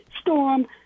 Storm